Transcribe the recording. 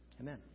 Amen